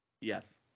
Yes